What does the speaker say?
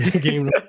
game